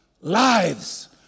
lives